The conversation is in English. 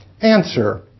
Answer